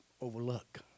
overlook